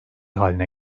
haline